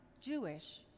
Jewish